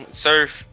surf